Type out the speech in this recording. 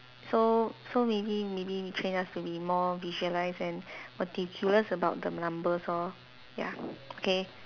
so so maybe maybe they train us to be more visualise and meticulous about the numbers lor ya okay